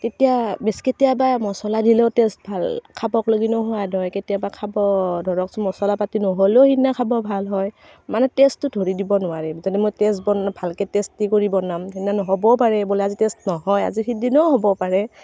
কেতিয়া বিচ কেতিয়াবা মছলা দিলেও টেষ্ট ভাল খাবাক লেগি নোহোৱা হয় কেতিয়াবা খাব ধৰক মছলা পাতি নহ'লেও সিদিনা খাব ভাল হয় মানে টেষ্টটো ধৰি দিব নোৱাৰিম যেনে মই টেষ্ট ভালকৈ টেষ্টি কৰি বনাম সেনে নহ'বও পাৰে বোলে আজি টেষ্ট নহয় আজি সিদিনাও হ'ব পাৰে